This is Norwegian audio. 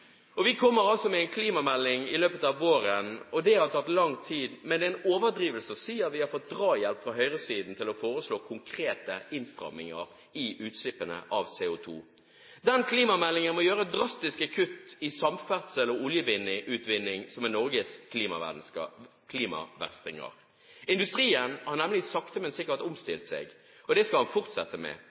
Norge. Vi kommer altså med en klimamelding i løpet av våren, og det har tatt lang tid. Men det er en overdrivelse å si at vi har fått drahjelp fra høyresiden til å foreslå konkrete innstramminger i utslippene av CO2. I den klimameldingen må det gjøres drastiske kutt i samferdsel og oljeutvinning, som er Norges klimaverstinger. Industrien har nemlig sakte, men sikkert omstilt seg, og det skal den fortsette med: